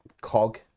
cog